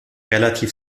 relativ